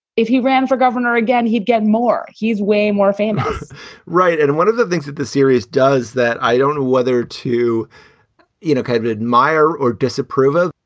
if he ran for governor again, he'd get more. he's way more famous right and one of the things that the series does that i don't know whether to you know kind of admire or disapprove of,